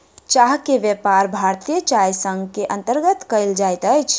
चाह के व्यापार भारतीय चाय संग के अंतर्गत कयल जाइत अछि